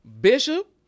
Bishop